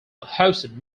hosted